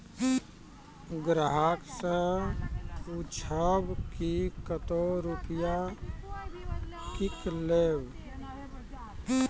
ग्राहक से पूछब की कतो रुपिया किकलेब?